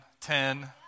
ten